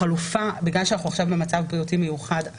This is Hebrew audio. בגלל שאנחנו עכשיו במצב בריאותי מיוחד,